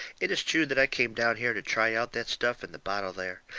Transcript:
it is true that i came down here to try out that stuff in the bottle there,